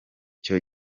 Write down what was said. cyo